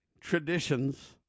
traditions